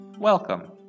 Welcome